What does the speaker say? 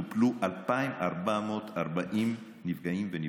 טופלו 2,440 נפגעות ונפגעים.